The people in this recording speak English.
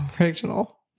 original